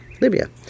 Libya